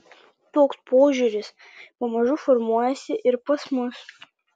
toks požiūris pamažu formuojasi ir pas mus